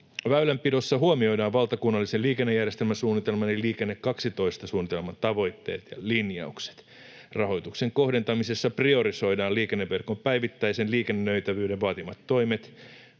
Väylänpidossa huomioidaan valtakunnallisen liikennejärjestelmäsuunnitelman eli Liikenne 12 ‑suunnitelman tavoitteet ja linjaukset. Rahoituksen kohdentamisessa priorisoidaan liikenneverkon päivittäisen liikennöitävyyden vaativat toimet.